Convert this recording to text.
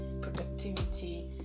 productivity